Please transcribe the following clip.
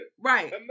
Right